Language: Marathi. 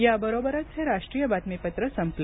याबरोबरच हे राष्ट्रीय बातमीपत्र संपलं